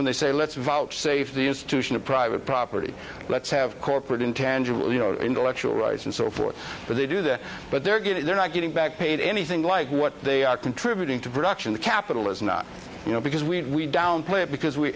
when they say let's vouchsafe the institution of private property let's have corporate intangible you know intellectual rights and so forth but they do that but they're getting they're not getting back paid anything like what they are contributing to production the capital is not you know because we downplay it because we